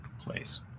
place